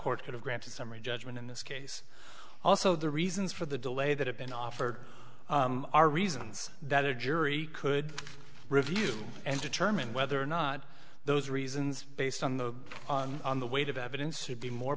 court could have granted summary judgment in this case also the reasons for the delay that have been offered are reasons that a jury could review and determine whether or not those reasons based on the on the weight of evidence would be more